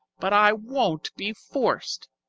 but i won't be forced.